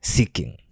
Seeking